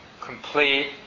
complete